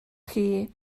chi